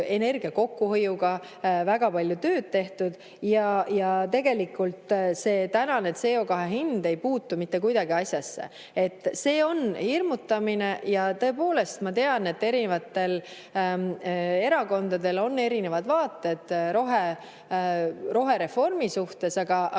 energia kokkuhoiuga väga palju tööd tehtud. Ja tegelikult see tänane CO2hind ei puutu mitte kuidagi asjasse. See on hirmutamine. Tõepoolest, ma tean, et erinevatel erakondadel on erinevad vaated rohereformi suhtes, aga mina